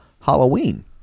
Halloween